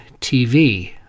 TV